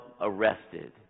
arrested